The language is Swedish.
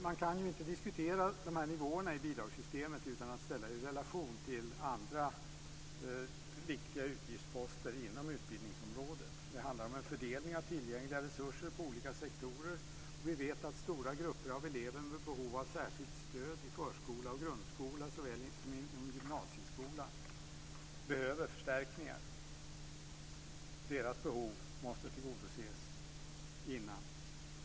Man kan ju inte diskutera de här nivåerna i bidragssystemet utan att ställa dem i relation till andra viktiga utgiftsposter inom utbildningsområdet. Det handlar om en fördelning av tillgängliga resurser på olika sektorer, och vi vet att stora grupper av elever med behov av särskilt stöd såväl i förskola och grundskola som i gymnasieskolan tarvar förstärkningar. Deras behov måste tillgodoses först.